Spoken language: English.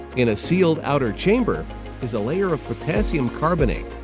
in a sealed outer chamber is a layer of potassium carbonate,